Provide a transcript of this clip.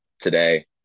today